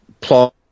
Plot